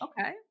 okay